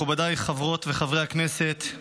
מכובדיי חברות וחברי הכנסת,